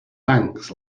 thanks